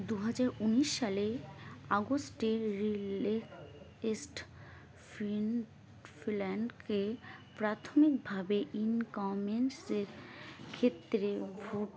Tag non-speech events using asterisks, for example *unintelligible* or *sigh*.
দু হাজার উনিশ সালে আগস্টের *unintelligible* প্রাথমিকভাবে ইনকামেন্সের ক্ষেত্রে ভোট